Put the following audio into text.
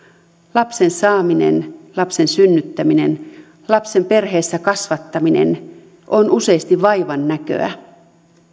lapsen saaminen lapsen synnyttäminen lapsen perheessä kasvattaminen on useasti vaivannäköä